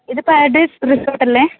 ഇത് പാരഡൈസ് റിസോട്ടല്ലേ